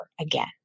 again